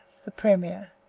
the premier.